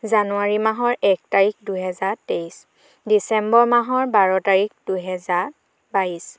জানুৱাৰী মাহৰ এক তাৰিখ দুহাজাৰ তেইছ ডিচেম্বৰ মাহৰ বাৰ তাৰিখ দুহাজাৰ বাইছ